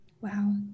Wow